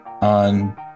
On